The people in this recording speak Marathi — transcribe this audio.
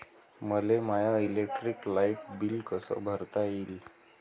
मले माय इलेक्ट्रिक लाईट बिल कस भरता येईल?